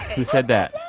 who said that?